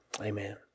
amen